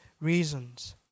reasons